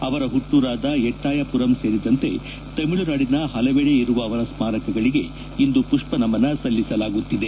ಅವರ ಹುಟ್ನೂರಾದ ಎಟ್ಲಾಯಪುರಂ ಸೇರಿದಂತೆ ತಮಿಳುನಾಡಿನ ಹಲವೆಡೆ ಇರುವ ಅವರ ಸ್ನಾರಕಗಳಿಗೆ ಇಂದು ಮಷ್ಪ ನಮನ ಸಲ್ಲಿಸಲಾಗುತ್ತಿದೆ